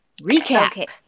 recap